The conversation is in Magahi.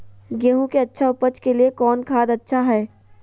गेंहू के अच्छा ऊपज के लिए कौन खाद अच्छा हाय?